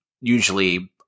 usually